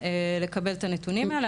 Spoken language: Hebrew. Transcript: לקבל את הנתונים האלה.